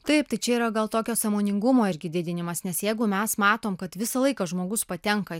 taip tai čia yra gal tokio sąmoningumo irgi didinimas nes jeigu mes matom kad visą laiką žmogus patenka